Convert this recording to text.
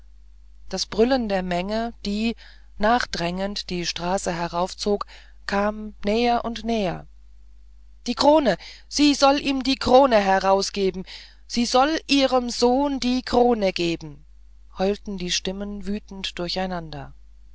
das brüllen der menge die nachdrängend die straße heraufzog kam näher und näher die krone sie soll ihm die krone herausgeben sie soll ihrem sohn die krone geben heulten die stimmen wütend durcheinander